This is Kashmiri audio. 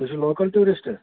تُہۍ چھِو لوکل ٹوٗرِسٹہٕ